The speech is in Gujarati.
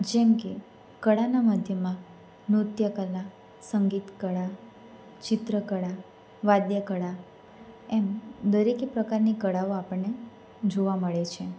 જેમકે કળાનાં માધ્યમમાં નૃત્યકલા સંગીતકળા ચિત્રકળા વાદ્યકળા એમ દરેકે પ્રકારની કળાઓ આપણને જોવા મળે છે